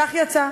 כך יצא,